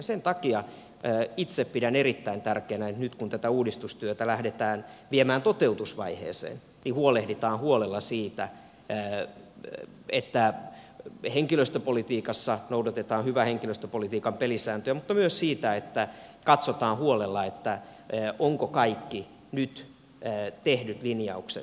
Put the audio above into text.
sen takia itse pidän erittäin tärkeänä että nyt kun tätä uudistustyötä lähdetään viemään toteutusvaiheeseen huolehditaan huolella siitä että henkilöstöpolitiikassa noudatetaan hyvän henkilöstöpolitiikan pelisääntöjä mutta myös siitä että katsotaan huolella ovatko kaikki nyt tehdyt linjaukset oikeita